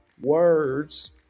Words